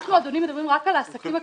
אנחנו מדברים רק על העסקים הקטנים.